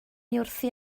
wrthi